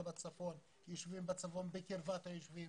עליה מדאיגה ברמת התחלואה בקרב החברה הערבית.